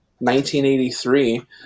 1983